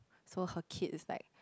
so her kid is like